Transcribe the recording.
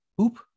Oop